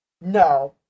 No